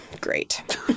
great